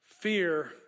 Fear